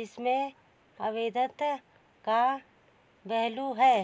जिसमें अवैधता का पहलू है